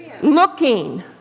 Looking